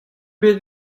bet